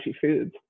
foods